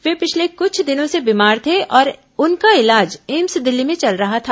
वे पिछले कुछ दिनों से बीमार थे और उनका इलाज एम्स दिल्ली में चल रहा था